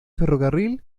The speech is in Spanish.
ferrocarril